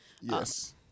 Yes